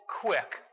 quick